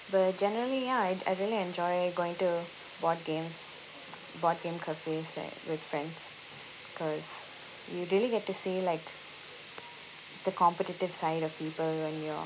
but generally ya I'd I really enjoy going to board games board game cafes and with friends cause you really get to see like the competitive side of people when you're